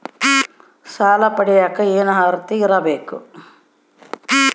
ಸಾಲ ಪಡಿಯಕ ಏನು ಅರ್ಹತೆ ಇರಬೇಕು?